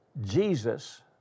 Jesus